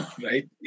right